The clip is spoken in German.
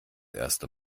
erste